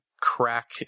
crack